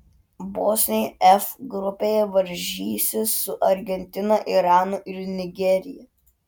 bosniai f grupėje varžysis su argentina iranu ir nigerija